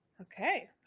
Okay